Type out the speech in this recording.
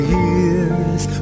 years